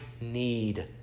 need